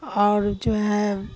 اور جو ہے